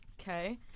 Okay